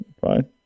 fine